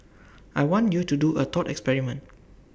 I want you to do A thought experiment